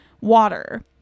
water